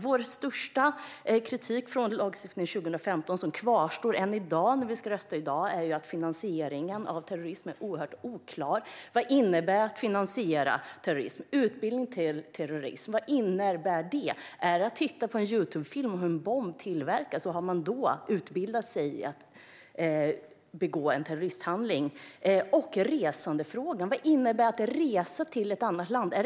Vår starkaste kritik mot lagstiftningen 2015, som kvarstår när vi ska rösta i dag, är att finansieringen av terrorism är oerhört oklar. Vad innebär att finansiera terrorism? Och vad innebär utbildning i terrorism? Är det att titta på en Youtubefilm om hur en bomb tillverkas? Har man då utbildat sig för att begå en terroristhandling? Och när det gäller resandefrågan: Vad innebär det att resa till ett annat land?